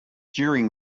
during